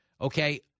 okay